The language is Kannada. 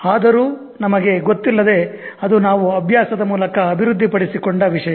ಆದರೂ ನಮಗೆ ಗೊತ್ತಿಲ್ಲದೆ ಅದು ನಾವು ಅಭ್ಯಾಸದ ಮೂಲಕ ಅಭಿವೃದ್ಧಿಪಡಿಸಿಕೊಂಡ ವಿಷಯ